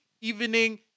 evening